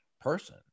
person